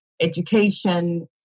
education